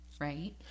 Right